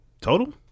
Total